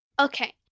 Okay